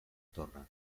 torre